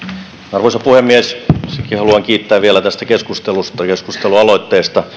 arvoisa puhemies itsekin haluan kiittää vielä tästä keskustelusta ja keskustelualoitteesta